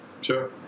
Sure